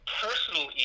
personal